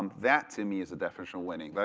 um that, to me, is the definition of winning, but